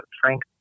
Frank